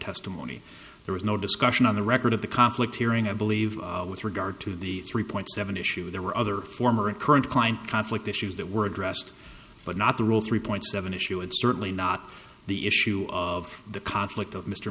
testimony there was no discussion on the record of the conflict hearing and believe with regard to the three point seven issue there were other former and current client conflict issues that were addressed but not the rule three point seven issue and certainly not the issue of the conflict of mr